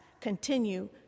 continue